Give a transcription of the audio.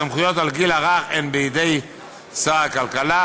הסמכויות לגבי הגיל הרך הן בידי שר הכלכלה,